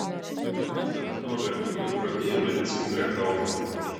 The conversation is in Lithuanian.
tad būtent nuo vertimų ir pradėjome neskubrią kalbą